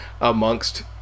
amongst